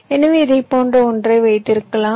எனவே இதைப் போன்ற ஒன்றை வைத்திருக்கலாம்